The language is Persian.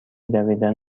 دویدن